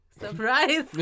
Surprise